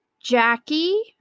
Jackie